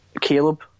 Caleb